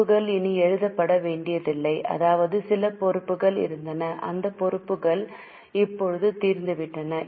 பொறுப்புகள் இனி எழுதப்பட வேண்டியதில்லை அதாவது சில பொறுப்புகள் இருந்தன அந்த பொறுப்புகள் இப்போது தீர்ந்துவிட்டன